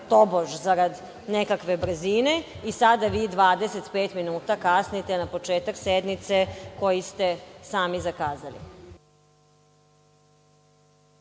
tobož zarad neke brzine i sada vi 25 minuta kasnite na početak sednice koji ste sami zakazali.